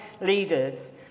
leaders